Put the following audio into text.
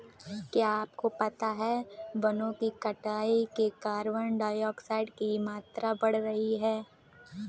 क्या आपको पता है वनो की कटाई से कार्बन डाइऑक्साइड की मात्रा बढ़ रही हैं?